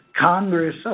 Congress